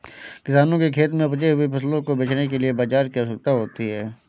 किसानों के खेत में उपजे हुए फसलों को बेचने के लिए बाजार की आवश्यकता होती है